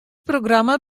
programma